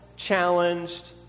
challenged